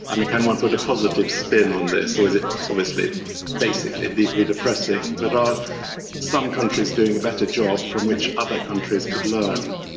i mean, can one put a positive spin on this or is it, it's obviously basically deeply depressing, but are some countries doing a better job from which other countries could learn?